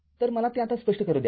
तरमला ते आता स्पष्ट करू द्या